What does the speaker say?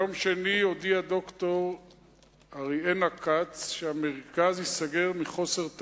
ביום שני הודיעה ד"ר אריאנה כץ שהמרכז ייסגר מחוסר תקציב.